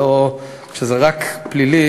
כשזה רק פלילי,